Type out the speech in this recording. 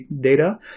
data